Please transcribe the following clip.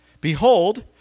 Behold